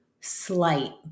slight